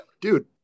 dude